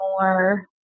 more